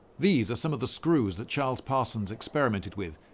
these are some of the screws that charles parsons experimented with,